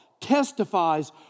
Testifies